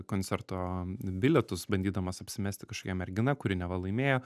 koncerto bilietus bandydamas apsimesti kažkokia mergina kuri neva laimėjo